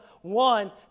one